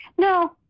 No